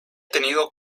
tenido